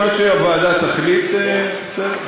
מה שהוועדה תחליט זה בסדר,